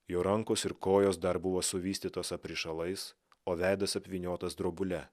jo rankos ir kojos dar buvo suvystytos aprišalais o veidas apvyniotas drobule